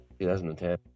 2010